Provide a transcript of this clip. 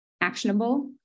actionable